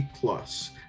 Plus